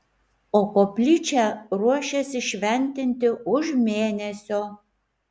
o koplyčią ruošiasi šventinti už mėnesio